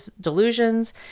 delusions